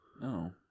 No